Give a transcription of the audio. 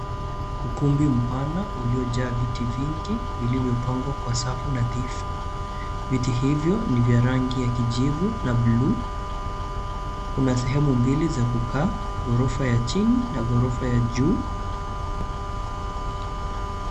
Ukumbi mpana uliojaa viti vingu vilivyopangwa kwa safu nadhifu viti hivyo ni vya rangi ya kijivu na buluu kuna sehemu mbili za kukaa ghorofa ya chini na ghorofa ya juu.